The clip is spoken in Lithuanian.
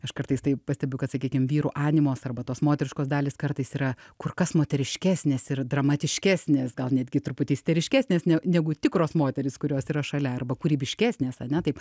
aš kartais taip pastebiu kad sakykim vyrų animos arba tos moteriškos dalys kartais yra kur kas moteriškesnės ir dramatiškesnės gal netgi truputį isteriškesnės ne negu tikros moterys kurios yra šalia arba kūrybiškesnės ane taip